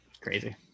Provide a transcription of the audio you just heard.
Crazy